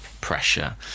pressure